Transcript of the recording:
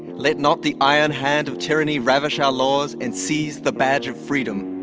let not the iron hand of tyranny ravish our laws and seize the badge of freedom